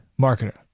marketer